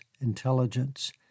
intelligence